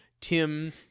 Tim